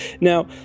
Now